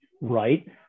right